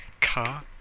car